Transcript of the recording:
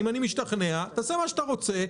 אם אני משתכנע תעשה מה שאתה רוצה,